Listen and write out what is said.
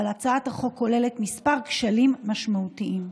אבל הצעת החוק כוללת כמה כשלים משמעותיים: